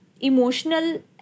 emotional